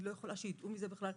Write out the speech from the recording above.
אני לא יכולה שידעו מזה בכלל.